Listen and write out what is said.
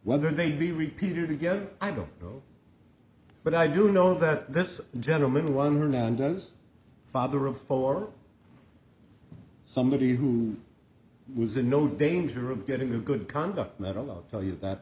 whether they be repeated again i don't know but i do know that this gentlemen one hundred one does father of four somebody who was in no danger of getting a good conduct medal i'll tell you that